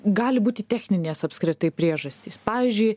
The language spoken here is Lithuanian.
gali būti techninės apskritai priežastys pavyzdžiui